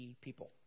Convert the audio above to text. people